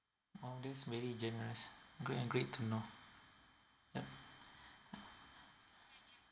oh that's very generous great and great to know yup